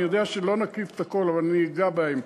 אני יודע שלא נקיף את הכול, אבל אני אגע בהן,